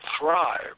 thrive